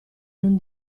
non